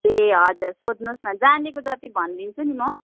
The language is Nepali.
ए हजुर सोध्नुहोस् न जानेको जति भनिदिन्छु नि म